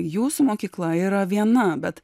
jūsų mokykla yra viena bet